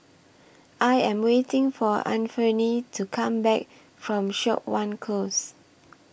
I Am waiting For Anfernee to Come Back from Siok Wan Close